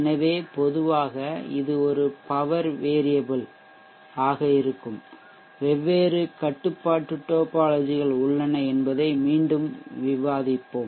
எனவே பொதுவாக இது ஒரு பவர் வேரியபிள் ஆக இருக்கும் வெவ்வேறு கட்டுப்பாட்டு டோப்பாலஜிகள் உள்ளன என்பதை மீண்டும் விவாதிப்போம்